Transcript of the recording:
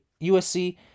USC